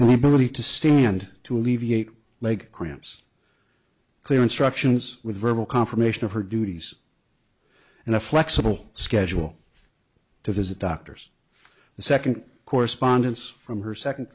and the ability to stand to alleviate leg cramps clear instructions with verbal confirmation of her duties and a flexible schedule to visit doctors for the second correspondence from her second